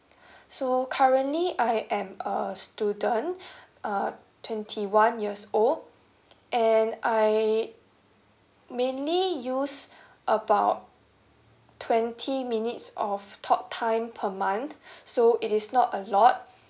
so currently I am a student uh twenty one years old and I mainly use about twenty minutes of talk time per month so it is not a lot